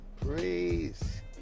Praise